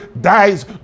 dies